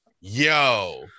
yo